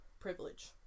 privilege